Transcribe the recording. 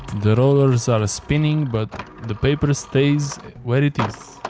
the rollers are spinning but the paper stays where it is.